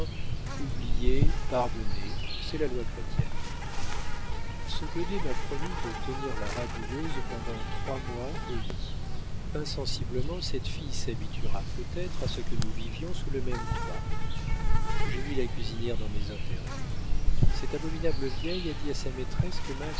pardonnez c'est la loi chrétienne ce goddet m'a promis de tenir la rabouilleuse pendant trois mois au lit insensiblement cette fille s'habituera peut-être à ce que nous vivions sous le même toit j'ai mis la cuisinière dans mes intérêts cette abominable vieille a dit à sa maîtresse que